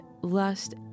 lust